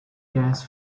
gas